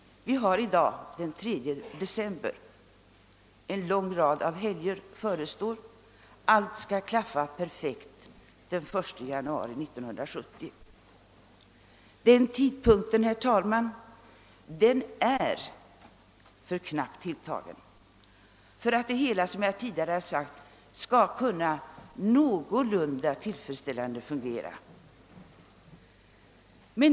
Vi har i dag den 3 december. En lång rad av helger förestår. Allt skall klaffa perfekt den 1 januari 1970. Men tidpunkten, herr talman, är för knappt tilltagen för att det hela, som jag tidigare har sagt, skall kunna fungera någorlunda tillfredsställande.